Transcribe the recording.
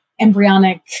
embryonic